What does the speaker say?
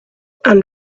and